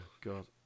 God